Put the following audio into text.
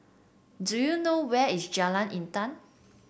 do you know where is Jalan Intan